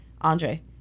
andre